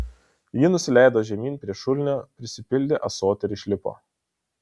ji nusileido žemyn prie šulinio prisipildė ąsotį ir išlipo